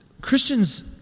Christians